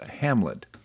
Hamlet